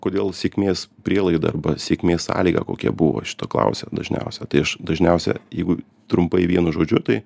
kodėl sėkmės prielaida arba sėkmės sąlyga kokia buvo šito klausia dažniausia tai aš dažniausia jeigu trumpai vienu žodžiu tai